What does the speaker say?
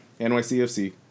NYCFC